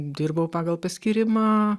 dirbau pagal paskyrimą